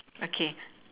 okay